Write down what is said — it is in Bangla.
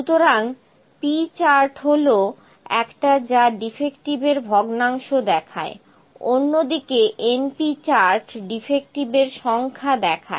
সুতরাং P চার্ট হল একটা যা ডিফেক্টিভের ভগ্নাংশ দেখায় অন্যদিকে np চার্ট ডিফেক্টিভের সংখ্যা দেখায়